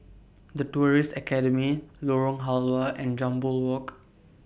The Tourism Academy Lorong Halwa and Jambol Walk